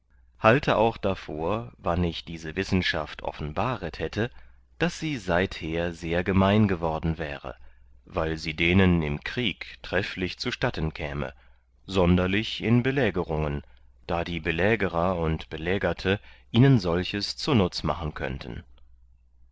halte auch davor wann ich diese wissenschaft offenbaret hätte daß sie seither sehr gemein worden wäre weil sie denen im krieg trefflich zustatten käme sonderlich in belägerungen da die belägerer und belägerte ihnen solches zunutz machen könnten